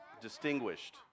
distinguished